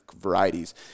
varieties